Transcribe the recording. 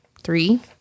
three